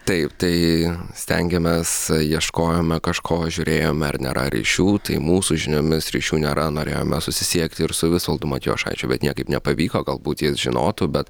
taip tai stengėmės ieškojome kažko žiūrėjome ar nėra ryšių tai mūsų žiniomis ryšių nėra norėjome susisiekti ir su visvaldu matijošaičiu bet niekaip nepavyko galbūt jis žinotų bet